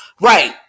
right